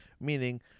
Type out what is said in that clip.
meaning